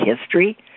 history